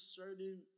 certain